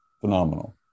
Phenomenal